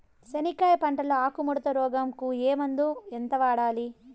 చెనక్కాయ పంట లో ఆకు ముడత రోగం కు ఏ మందు ఎంత వాడాలి?